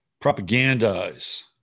propagandize